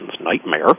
nightmare